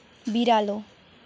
बिरालो